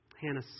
Hannah